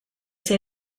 say